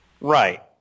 Right